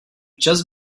just